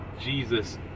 Jesus